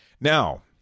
Now